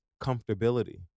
comfortability